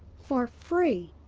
for free.